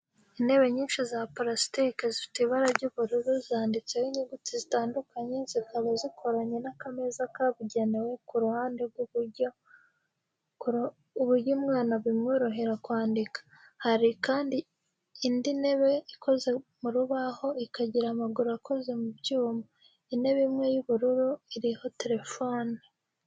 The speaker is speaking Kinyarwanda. Intebe nyinshi za purasitike zifite ibara ry'ubururu zanditseho inyuguti zitandukanye, zikaba zikoranye n’akameza kabugenewe ku ruhande ku buryo umwana bimworohera kwandika. Hari kandi indi ntebe ikoze mu rubaho ikagira amaguru akoze mu byuma. Intebe imwe y'ubururu iriho telefoni.